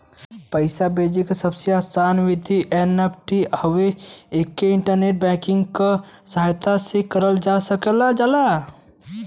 पैसा भेजे क सबसे आसान विधि एन.ई.एफ.टी हउवे एके इंटरनेट बैंकिंग क सहायता से करल जा सकल जाला